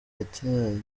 yateye